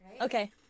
Okay